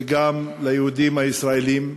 וגם על היהודים הישראלים.